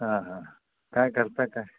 हां हां काय करता काय